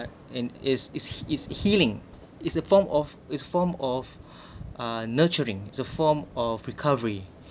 and it's it's it's healing is a form of is form of uh nurturing is a form of recovery